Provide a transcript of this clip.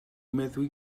meddwi